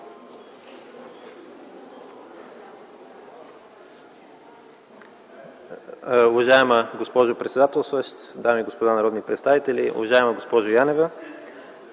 Добре!